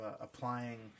applying